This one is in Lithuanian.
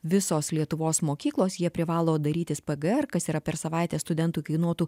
visos lietuvos mokyklos jie privalo darytis pagal kas yra per savaitę studentui kainuotų